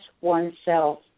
oneself